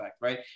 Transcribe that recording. right